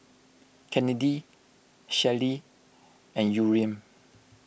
Kennedy Shelli and Yurem